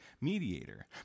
mediator